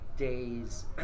days